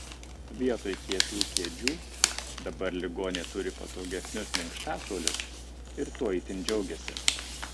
vietoj kietų kėdžių dabar ligoniai turi patogesnius minkštasuolius ir tuo itin džiaugiasi